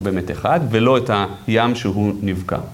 באמת אחד, ולא את הים שהוא נפגע.